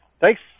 thanks